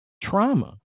trauma